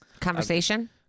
conversation